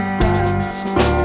dinosaur